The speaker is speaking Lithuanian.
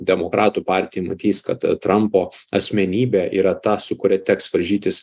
demokratų partija matys kad trampo asmenybė yra ta su kuria teks varžytis